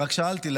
רק שאלתי.